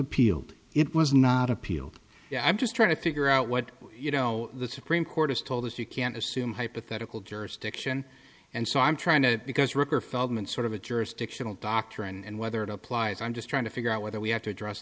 appealed it was not appealed i'm just trying to figure out what you know the supreme court has told us you can't assume hypothetical jurisdiction and so i'm trying to because ricker feldman sort of a jurisdictional doctrine and whether it applies i'm just trying to figure out whether we have to address